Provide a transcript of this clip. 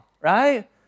right